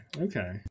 Okay